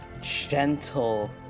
gentle